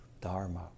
Dharma